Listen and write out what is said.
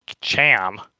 Cham